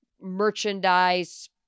merchandise